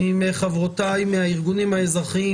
עם חברותיי מהארגונים האזרחיים,